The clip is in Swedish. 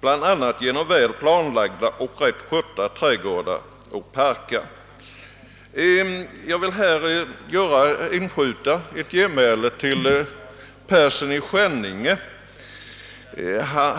bl.a. genom väl planlagda och rätt skötta trädgårdar och parker. Jag vill här inskjuta ett genmäle till herr Persson i Skänninge.